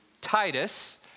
Titus